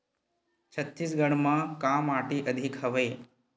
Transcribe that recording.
छत्तीसगढ़ म का माटी अधिक हवे?